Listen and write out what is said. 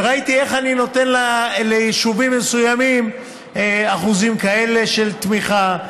וראיתי איך אני נותן ליישובים מסוימים אחוזים כאלה של תמיכה,